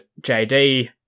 JD